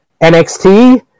NXT